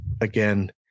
again